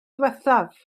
ddiwethaf